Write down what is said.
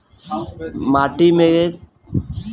माटी मे खाद के कितना जरूरत बा कइसे पता लगावल जाला?